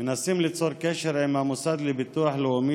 מנסים ליצור קשר עם המוסד לביטוח לאומי